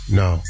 no